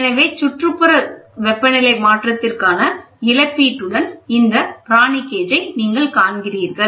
எனவே சுற்றுப்புற வெப்பநிலை மாற்றத்திற்கான இழப்பீட்டுடன் இந்த பிரானி கேஜ் நீங்கள் காண்கிறீர்கள்